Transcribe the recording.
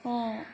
অঁ